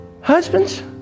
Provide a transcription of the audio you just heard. Husbands